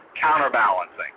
counterbalancing